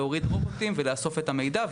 להוריד רובוטים ולאסוף את המידע,